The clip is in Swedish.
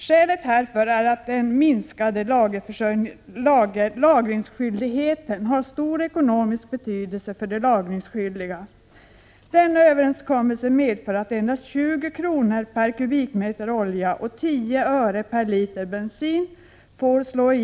Skälet härför är att den minskade lagringsskyldigheten har stor ekonomisk betydelse för de lagringsskyldiga. Denna överenskommelse medför att genomslaget på konsumentpriserna får bli endast 20 kr. per m? olja och 10 öre per liter bensin.